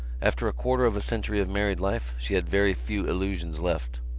after a quarter of a century of married life, she had very few illusions left.